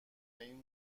این